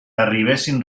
arribessin